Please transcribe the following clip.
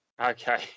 Okay